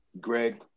Greg